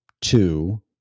two